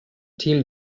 team